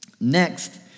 Next